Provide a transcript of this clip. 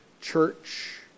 church